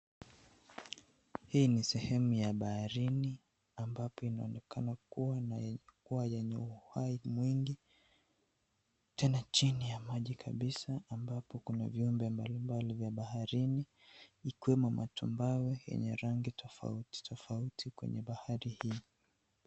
Hii ni sehemu ya baharini ambapo imeonekana kuwa yenye uhai mwingi tena chini ya maji kabisa ambapo kuna viumbe mbalimbali vya baharini, ikiwemo matumbawe kwenye rangi tofauti tofauti kwenye bahari hiyo.